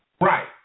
Right